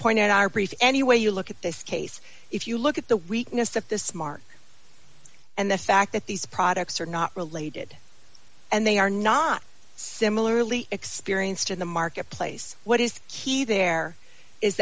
out our brief any way you look at this case if you look at the weakness of the smart and the fact that these products are not related and they are not similarly experienced in the marketplace what is he there is